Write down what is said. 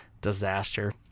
disaster